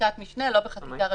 בחקיקת משנה, לא בחקיקה ראשית.